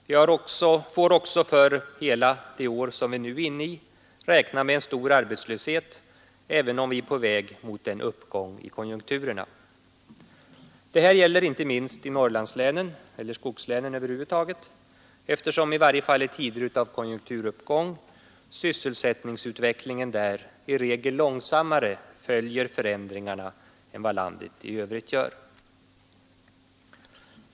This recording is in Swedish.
Vi får också för hela det år som vi nu är inne i räkna med stor arbetslöshet, även om vi är på väg mot en uppgång i konjunkturerna, Det här gäller inte minst i Norrlandslänen eller skogslänen över huvud taget, eftersom i varje fall i tider av konjunkturuppgång sysselsättningsutvecklingen där i regel långsammare följer förändringarna än landet i övrigt.